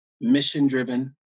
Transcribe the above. mission-driven